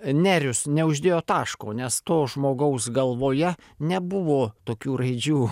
nerius neuždėjo taško nes to žmogaus galvoje nebuvo tokių raidžių